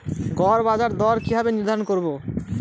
গড় বাজার দর কিভাবে নির্ধারণ করব?